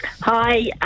Hi